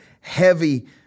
heavy